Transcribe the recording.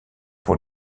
pour